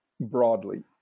broadly